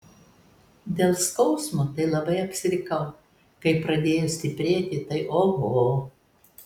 dėl skausmo tai labai apsirikau kai pradėjo stiprėti tai oho